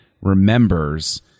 remembers